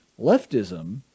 leftism